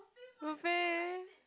buffet